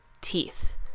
teeth